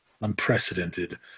unprecedented